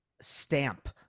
stamp